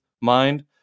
mind